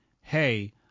hey